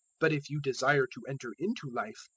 but if you desire to enter into life,